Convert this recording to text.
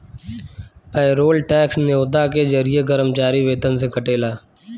payroll tax न्योता के जरिए कर्मचारी वेतन से कटेला